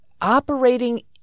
operating